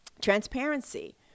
Transparency